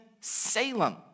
Salem